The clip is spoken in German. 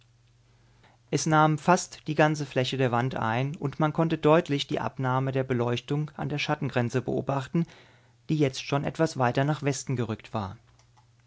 es nahm fast die ganze fläche der wand ein und man konnte deutlich die abnahme der beleuchtung an der schattengrenze beobachten die jetzt schon etwas weiter nach westen gerückt war